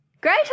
Great